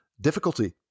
difficulty